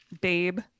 Babe